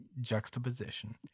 juxtaposition